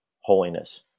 holiness